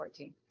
2014